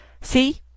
See